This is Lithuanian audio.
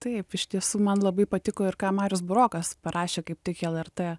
taip iš tiesų man labai patiko ir ką marius burokas parašė kaip tik į lrt